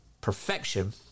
perfection